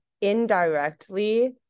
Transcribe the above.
indirectly